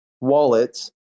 wallets